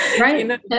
Right